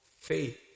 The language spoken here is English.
faith